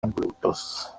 englutos